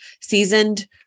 seasoned